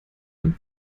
einem